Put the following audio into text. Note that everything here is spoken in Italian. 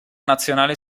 nazionale